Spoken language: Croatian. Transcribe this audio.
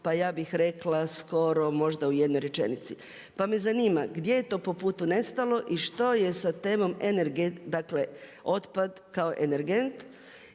pa ja bih rekla skoro možda u jednoj rečenici. Pa me zanima gdje je to po putu nestalo i što je sa temom dakle otpad kao energent